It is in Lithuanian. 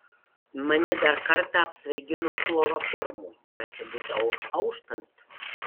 mane dar kartą apsvaigino chloroformu ir atsibudau auštant